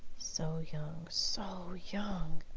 so young so young!